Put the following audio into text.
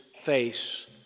face